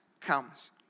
comes